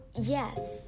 Yes